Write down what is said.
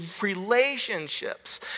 relationships